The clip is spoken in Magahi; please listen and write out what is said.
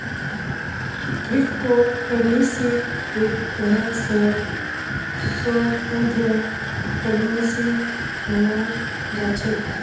क्रिप्टो करन्सीक एक तरह स स्वतन्त्र करन्सी मानाल जा छेक